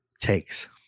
takes